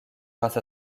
grâce